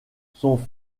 son